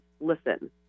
listen